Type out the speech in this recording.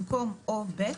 במקום או ב',